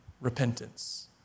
repentance